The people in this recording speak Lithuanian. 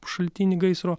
šaltinį gaisro